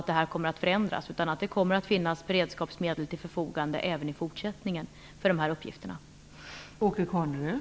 Det här kommer inte att ändras. Det kommer att finnas beredskapsmedel till förfogande för dessa uppgifter även i framtiden.